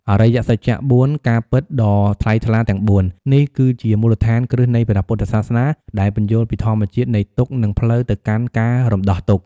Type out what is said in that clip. អរិយសច្ចៈ ៤ ការពិតដ៏ថ្លៃថ្លាទាំងបួន នេះគឺជាមូលដ្ឋានគ្រឹះនៃព្រះពុទ្ធសាសនា ដែលពន្យល់ពីធម្មជាតិនៃទុក្ខ និងផ្លូវទៅកាន់ការរំដោះទុក្ខ។